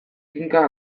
kinka